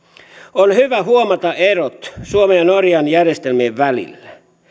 on hyvä huomata erot suomen ja norjan järjestelmien välillä